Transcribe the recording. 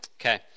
Okay